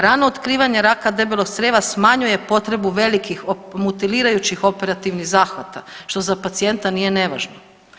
Rano otkrivanje raka debelog crijeva smanjuje potrebu velikih mutilirajućih operativnih zahvata što za pacijenta nije nevažno.